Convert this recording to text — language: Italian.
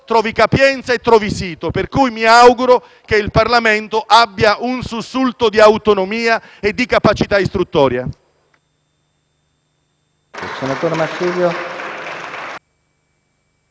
trovi capienza e trovi sito. Per cui mi auguro che il Parlamento abbia un sussulto di autonomia e di capacità istruttoria.